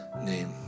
name